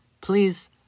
Please